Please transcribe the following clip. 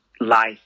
life